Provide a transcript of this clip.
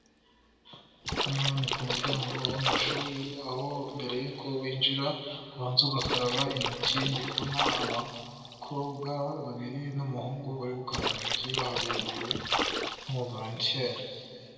Hano ni ku muryango w'amashuri aho mbere yuko winjira ubanza ugakaraba intoki; ndi kubona abakobwa babiri n'umuhungu bari gukaraba intoki bahagarariwe n'umuvorotere.